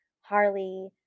Harley